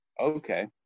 Okay